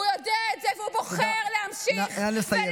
הוא יודע את זה, והוא בוחר להמשיך ולגדף